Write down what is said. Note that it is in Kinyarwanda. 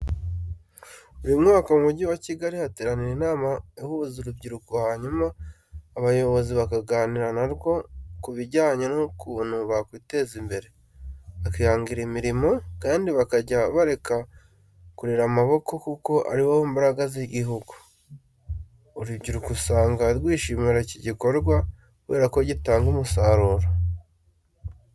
Buri mwaka mu mugi wa Kigali hateranira inama ihuza urubyiruko, hanyuma abayobozi bakaganira na rwo ku bijyanye n'ukuntu bakwiteza imbere, bakihangira imirimo kandi bakajya bareka kurera amaboko kuko ari bo mbaraga z'igihugu. Urubyiruko usanga rwishimira iki gikorwa kubera ko gitanga umusaruro.